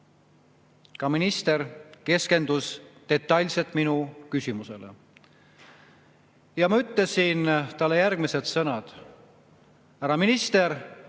Ka minister keskendus detailselt minu küsimusele. Ma ütlesin talle järgmised sõnad: "Härra minister,